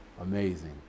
Amazing